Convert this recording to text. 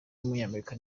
w’umunyamerika